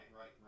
right